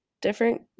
different